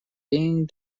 being